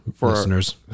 listeners